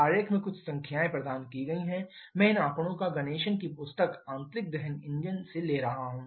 आरेख में कुछ संख्याएँ प्रदान की गई हैं मैं इन आंकड़ों को गणेशन Ganesan की पुस्तक आंतरिक दहन इंजन से ले रहा हूं